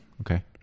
okay